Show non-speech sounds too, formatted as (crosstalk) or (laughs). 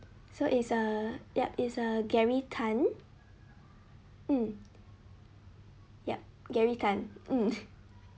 so it's a yup it's a gary tan mm yup gary tan mm (laughs)